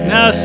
Now